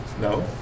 No